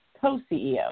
co-CEO